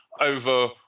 over